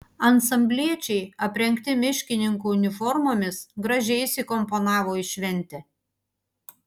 ansambliečiai aprengti miškininkų uniformomis gražiai įsikomponavo į šventę